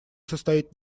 состоит